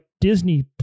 Disney